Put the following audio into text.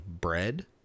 bread